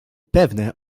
pewne